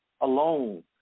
alone